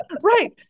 Right